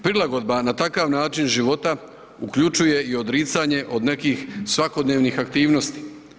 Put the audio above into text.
Prilagodba na takav način život uključuje i odricanje od nekih svakodnevnih aktivnosti.